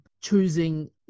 choosing